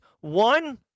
One